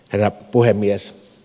herra puhemies